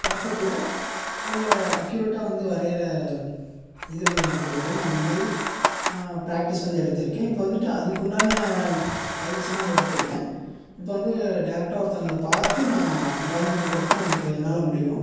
பார்த்து கூட அவங்கள அக்யூரட்டாக வந்து வரைகிற இது வந்து எனக்கு இருக்குது நான் அந்த மாதிரி பிராக்டீஸ் வந்து எடுத்துருக்கேன் இப்போது வந்துட்டு அதுக்குண்டான பயிற்சிலாம் எடுத்துருக்கேன் இப்போது வந்து டேரக்டாக ஒருத்தங்கள பார்த்து நான் டிராயிங் பண்றதுக்கும் எனக்கு என்னால் முடியும்